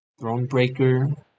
Thronebreaker